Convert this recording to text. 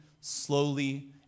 slowly